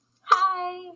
Hi